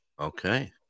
Okay